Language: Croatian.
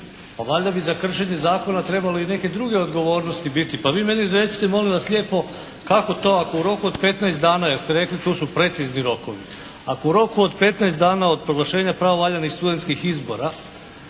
Pa valjda bi za kršenje zakona trebale neke druge odgovornosti biti. Pa vi meni recite molim vas lijepo, kako to ako u roku od 15 dana, jer ste rekli tu su precizni rokovi. Ako u roku od 15 dana od proglašenja pravovaljanih studentskih izbora